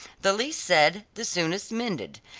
the least said, the soonest mended,